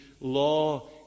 law